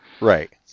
Right